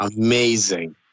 Amazing